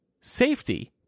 safety